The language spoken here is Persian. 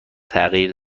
تغییر